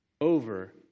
over